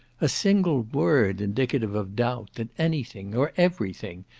a single word indicative of doubt, that any thing, or every thing,